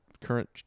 current